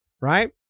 right